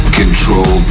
control